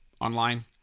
online